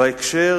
1. בהקשר